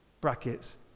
Brackets